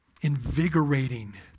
invigorating